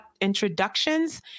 introductions